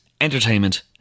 entertainment